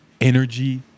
Energy